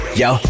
yo